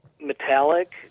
metallic